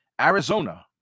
Arizona